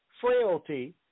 frailty